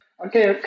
Okay